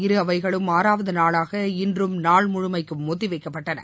இரு அவைகளும் ஆறாவது நாளாக இன்றும் நாள் முழுமைக்கும் ஒத்திவைக்கப்பட்டன